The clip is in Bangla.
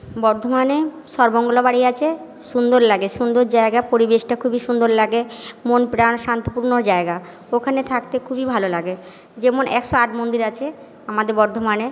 বর্ধমানে সর্বমঙ্গলা বাড়ি আছে সুন্দর লাগে সুন্দর জায়গা পরিবেশটা খুবই সুন্দর লাগে মন প্রাণ শান্তিপূর্ণ জায়গা ওখানে থাকতে খুবই ভালো লাগে যেমন একশো আট মন্দির আছে আমাদের বর্ধমানে